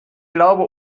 glaube